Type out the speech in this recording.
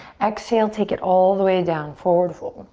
exhale, take it all the way down, forward fold.